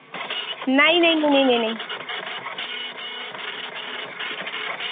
नहीं नहीं नहीं